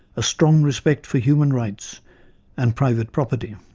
a strong respect for human rights and private property.